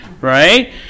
right